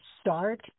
start